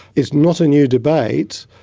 it's not a new debate.